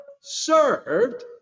served